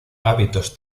hábitos